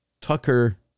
Tucker